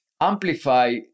amplify